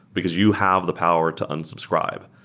because you have the power to unsubscribe.